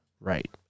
right